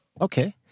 Okay